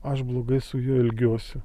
aš blogai su juo elgiuosi